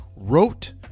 Wrote